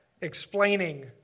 explaining